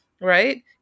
right